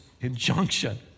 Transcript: injunction